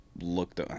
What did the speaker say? looked